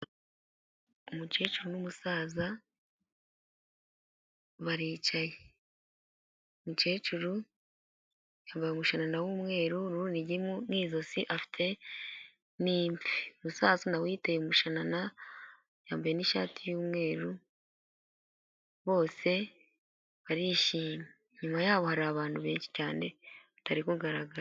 Umukecuru n'umusaza baricaye, umukecuru yambaye umushanana w'umweru n'urunigi mu josi, afite n'imvi, umusaza nawe yiteye umushanana yambaye n'ishati y'umweru, bose barishimye, inyuma yabo hari abantu benshi cyane batari kugaragara.